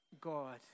God